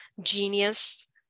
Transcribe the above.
genius